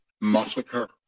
massacre